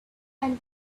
and